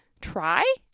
try